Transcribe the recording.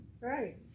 right